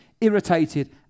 irritated